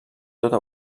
tota